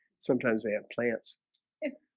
sometimes they have plants and